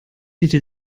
bitte